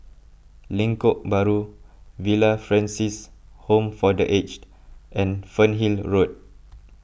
Lengkok Bahru Villa Francis Home for the Aged and Fernhill Road